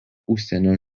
užsienio